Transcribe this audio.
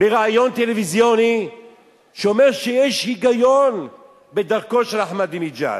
אומר בריאיון טלוויזיוני שיש היגיון בדרכו של אחמדינג'אד.